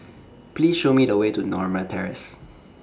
Please Show Me The Way to Norma Terrace